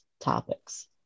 topics